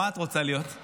מה את רוצה להיות?